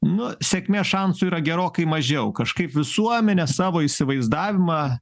nu sėkmės šansų yra gerokai mažiau kažkaip visuomenė savo įsivaizdavimą